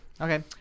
okay